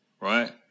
right